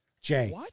Jay